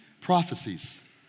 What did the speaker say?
prophecies